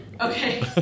Okay